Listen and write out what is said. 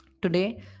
Today